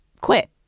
quit